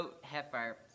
heifer